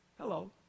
hello